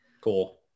Cool